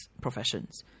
professions